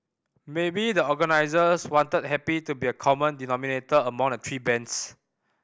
maybe the organisers wanted happy to be a common denominator among the three bands